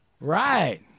Right